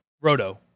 Roto